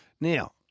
Now